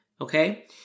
okay